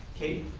okay.